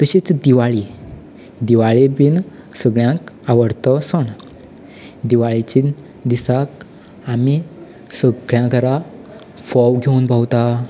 तशीच दिवाळी दिवाळेक बीन सगल्यांत आवडतो सण दिवाळेच्या दिसा आमी सगलीं सगल्यां घरा फोव घेवन भोंवता